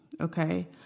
Okay